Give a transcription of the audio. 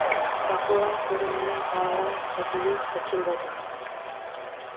Bankura Purulia Howrah Hooghly Paschim Bardhaman